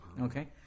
Okay